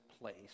place